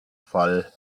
fall